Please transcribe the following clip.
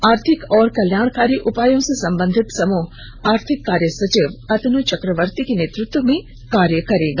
आर्थिक और कल्याणकारी उपायों से संबंधित समूह आर्थिक कार्य सचिव अतानु चक्रवर्ती के नेतृत्व में कार्य करेगा